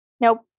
Nope